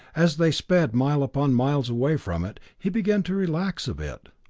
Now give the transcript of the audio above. as they sped mile upon miles away from it, he began to relax a bit.